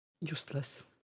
Useless